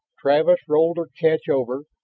travis rolled their catch over,